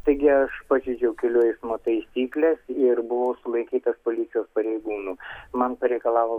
taigi aš pažeidžiau kelių eismo taisykles ir buvau sulaikytas policijos pareigūnų man pareikalavo